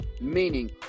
meaning